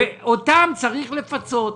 ואותם צריך לפצות.